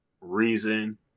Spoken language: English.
Reason